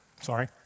Sorry